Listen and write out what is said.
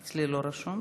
אצלי לא רשום.